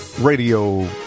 radio